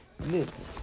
Listen